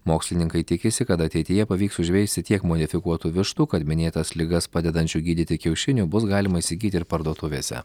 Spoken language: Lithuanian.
mokslininkai tikisi kad ateityje pavyks užveisti tiek modifikuotų vištų kad minėtas ligas padedančių gydyti kiaušinių bus galima įsigyti ir parduotuvėse